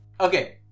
Okay